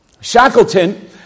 Shackleton